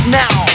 now